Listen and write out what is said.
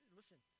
listen